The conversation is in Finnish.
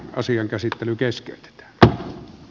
asian käsittely keskeytetään